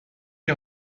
die